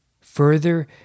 Further